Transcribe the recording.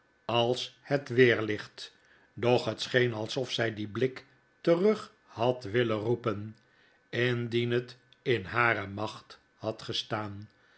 als het weerlicht doch het scheen alsof zij dien blik terug had willen roetm pen indien het in hare macht had gestaan